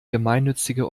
gemeinnützige